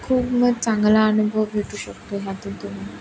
खूप मग चांगला अनुभव भेटू शकतो ह्यातून तुम्हा